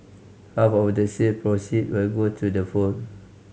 half of the sale proceed will go to the home